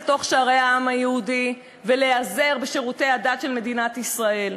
תוך העם היהודי ולהיעזר בשירותי הדת של מדינת ישראל.